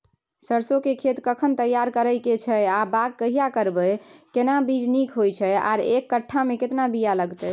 सरसो के खेत कखन तैयार करै के छै आ बाग कहिया करबै, केना बीज नीक होय छै आर एक कट्ठा मे केतना बीया लागतै?